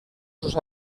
sus